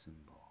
symbol